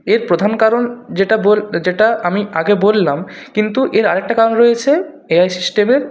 এর প্রথম কারণ যেটা বোল যেটা আমি আগে বললাম কিন্তু এর আরেকটা কারণ রয়েছে এআই সিস্টেমের